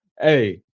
Hey